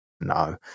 no